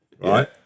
right